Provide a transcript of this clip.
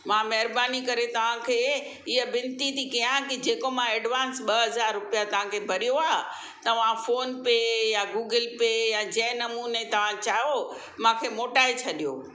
मां महिरबानी करे तव्हांखे हीअ वेनिती थी कयां की जेको मां एडवांस ॿ हज़ार रुपिया तव्हांखे भरियो आहे तव्हां फ़ोन पे या गूगल पे या जंहिं नमूने तव्हां चाहियो मूंखे मोटाइ छॾियो